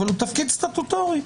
אבל הוא תפקיד סטטוטורי,